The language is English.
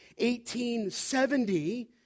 1870